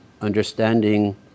understanding